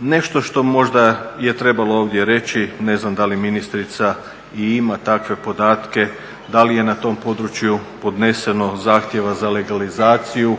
Nešto što možda je trebalo ovdje reći, ne znam da li ministrica ima takve podatke, da li je na tom području podneseno zahtjeva za legalizaciju,